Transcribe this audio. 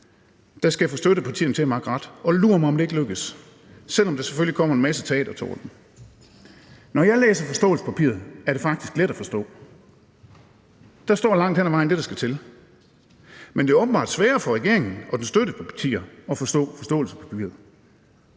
der skal få støttepartierne til at makke ret. Og lur mig, om det ikke lykkes, selv om der selvfølgelig kommer en masse teatertorden. Når jeg læser forståelsespapiret, er det faktisk let at forstå. Der står langt hen ad vejen det, der skal til, men det er åbenbart sværere for regeringen og dens støttepartier at forstå forståelsespapiret.